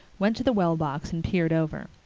went to the wellbox and peered over.